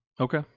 Okay